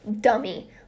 dummy